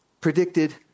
predicted